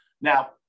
Now